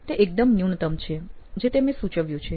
તે એકદમ ન્યૂનતમ છે જે રીતે મેં સૂચવ્યું છે